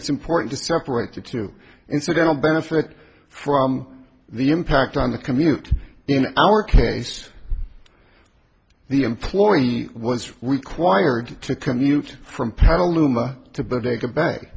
it's important to separate the two incidental benefit from the impact on the commute in our case the employee was required to commute from